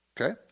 Okay